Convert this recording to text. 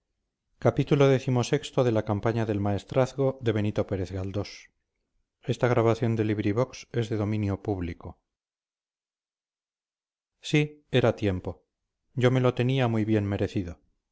sí era tiempo yo me lo tenía muy bien merecido